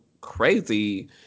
crazy